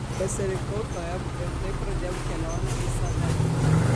pasirinkau tm ir taip pradėjau kelionę į save